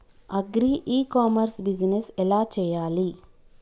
Agri e commerce business ఎలా చెయ్యాలి?